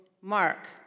Mark